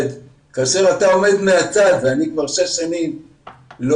כאשר אתה עומד מהצד ואני כבר שש שנים לא